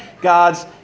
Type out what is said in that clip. God's